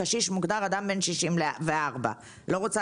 קשיש מוגדר כאדם בן 64. אני לא רוצה